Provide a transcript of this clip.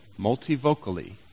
multivocally